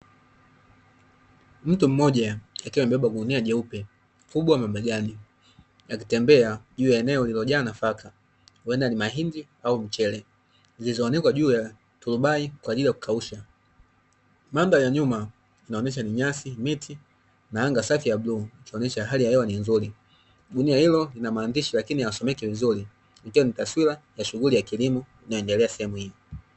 Mtu mmoja akiwa amebeba gunia jeupe kubwa mabegani, akitembea juu ya eneo lililojaa nafaka huenda ni mahindi au mchele zilizo anikwa juu ya turubai kwa ajili ya kukausha, mandhari ya nyuma inaonyesha ni nyasi, miti na anga safi la bluu ikionyesha hali ya hewa ni nzuri, gunia hilo linamaandishi lakini hayasomeki vizuri ni taswira ya shughuli ya kilimo inayoendelea sehemu hii.